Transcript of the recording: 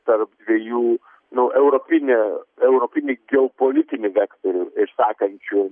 tarp dviejų nu europinę europinį geopolitinį vektorių išsakančių